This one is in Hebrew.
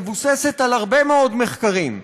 מבוססת על הרבה מאוד מחקרים,